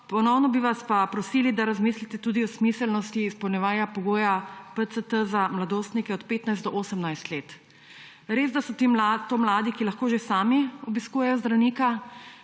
ponovno bi vas prosili, da razmislite tudi o smiselnosti izpolnjevanja pogoja PCT za mladostnike od 15. do 18. leta starosti. Resda so to mladi, ki lahko že sami obiskujejo zdravnika,